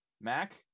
mac